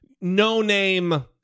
no-name